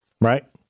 right